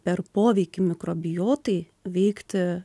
per poveikį mikrobiotai veikti